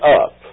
up